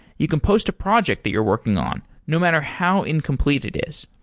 you can post a project that you're working on no matter how incomplete it is.